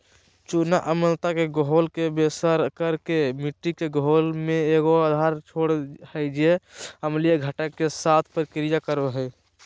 चूना अम्लता के घोल के बेअसर कर के मिट्टी के घोल में एगो आधार छोड़ हइ जे अम्लीय घटक, के साथ प्रतिक्रिया करो हइ